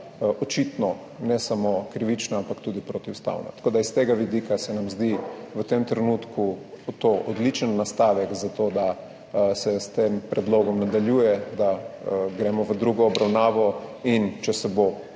očitno ni bila samo krivična, ampak tudi protiustavna. Tako se nam s tega vidika zdi v tem trenutku to odličen nastavek za to, da se s tem predlogom nadaljuje, da gremo v drugo obravnavo in če se bo